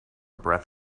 breath